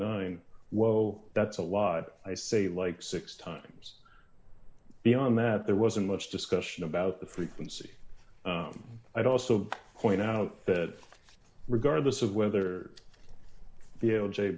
nine whoa that's a lot i say like six times beyond that there wasn't much discussion about the frequency i'd also point out that regardless of whether the o j